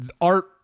art